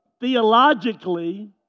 theologically